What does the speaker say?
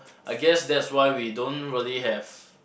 I guess that's why we don't really have